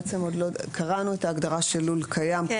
קראנו הגדרה של לול קיים,